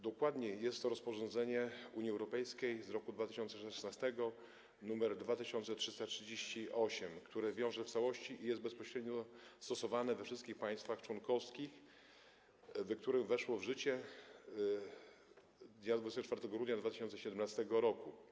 Dokładnie chodzi o rozporządzenie Unii Europejskiej z roku 2016 nr 2338, które wiąże w całości i jest bezpośrednio stosowane we wszystkich państwach członkowskich, a które weszło w życie dnia 24 grudnia 2017 r.